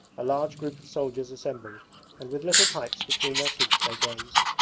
a large group of soldiers assembled and with little pipes between their teeth they gazed,